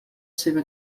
seva